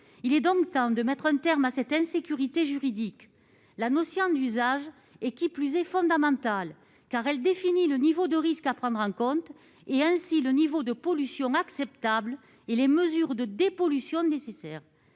Il est donc temps de mettre un terme à une telle insécurité juridique. De surcroît, la notion d'usage est fondamentale, car elle définit le niveau de risque à prendre en compte et ainsi le niveau de pollution acceptable et les mesures de dépollution nécessaires.